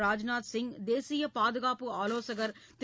ராஜ்நாத் சிங் தேசிய பாதுகாப்பு ஆவோசகர் திரு